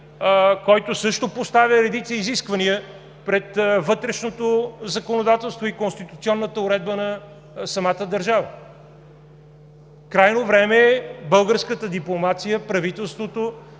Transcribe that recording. който също поставя редица изисквания пред вътрешното законодателство и конституционната уредба на самата държава. Крайно време е българската дипломация, правителството